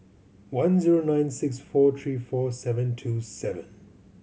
one zero nine six four three four seven two seven